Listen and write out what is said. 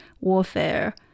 warfare